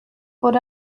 wurde